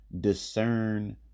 discern